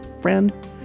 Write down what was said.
friend